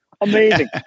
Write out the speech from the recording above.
Amazing